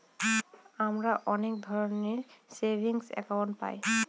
আমরা অনেক ধরনের সেভিংস একাউন্ট পায়